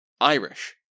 Irish